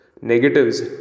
negatives